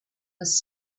was